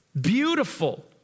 beautiful